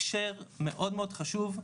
ההקשר מאוד מאוד חשוב,